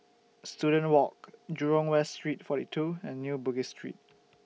Student Walk Jurong West Street forty two and New Bugis Street